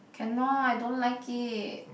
cannot I don't like it